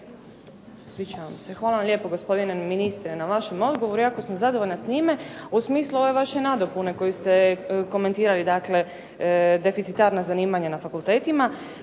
Hvala lijepo gospodine ministre na vašem odgovoru jako sam zadovoljna s njime. U smislu ove vaše nadopune koju ste komentirali, dakle deficitarna zanimanja na fakultetima,